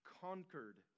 conquered